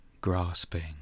grasping